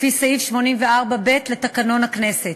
לפי סעיף 84(ב) לתקנון הכנסת.